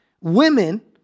women